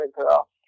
Girl